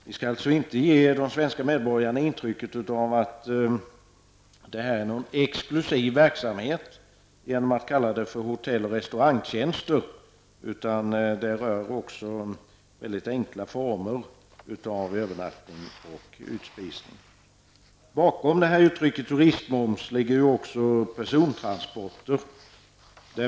Vi skall således inte ge de svenska medborgarna intrycket att det är fråga om en exklusiv verksamhet genom att kalla den för hotell och restaurangtjänster. Det handlar alltså också om enkla former av övernattning och utspisning. Bakom ordet turistmoms ligger också persontransporter.